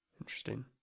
Interesting